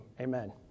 amen